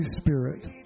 Spirit